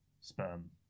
Sperm